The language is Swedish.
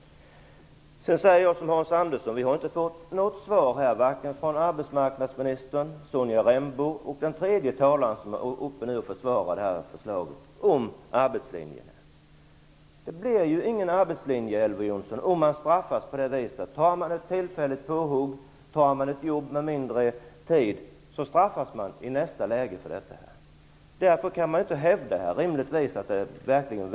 Jag säger, liksom Hans Andersson, att vi har inte fått svar från vare sig arbetsmarknadsministern, Sonja Rembo eller den tredje talaren som nu har varit uppe och försvarat förslaget på frågan om arbetslinjen. Det blir ingen arbetslinje, Elver Jonsson, om man straffas så. Tar man ett tillfälligt påhugg eller ett annat jobb under en kortare tid, straffas men i nästa läge. Därför går det rinmligtvis inte att hävda att ni verkar för arbetslinjen.